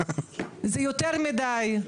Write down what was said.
זה יותר מדי,